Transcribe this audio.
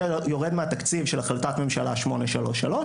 זה יורד מהתקציב של החלטת ממשלה 833,